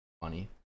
funny